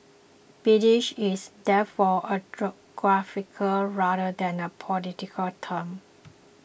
British is therefore a geographical rather than a political term